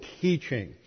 teaching